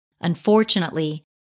Unfortunately